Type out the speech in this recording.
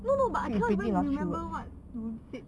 no but I can't even remember what you said